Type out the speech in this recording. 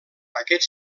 aquest